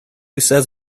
says